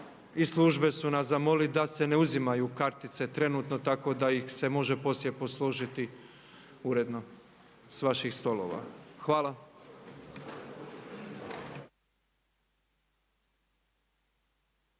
Iz službe su nas zamolili da se ne uzimaju kartice trenutno tako da ih se može poslije posložiti uredno sa vaših stolova. Hvala.